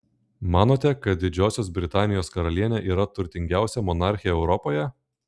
manote kad didžiosios britanijos karalienė yra turtingiausia monarchė europoje